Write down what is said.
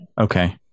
Okay